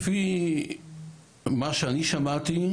לפי מה שאני שמעתי,